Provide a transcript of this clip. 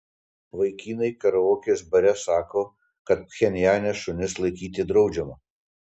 vaikinai karaokės bare sako kad pchenjane šunis laikyti draudžiama